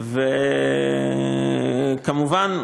כמובן,